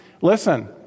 Listen